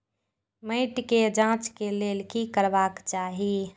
मैट के जांच के लेल कि करबाक चाही?